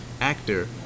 actor